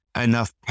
enough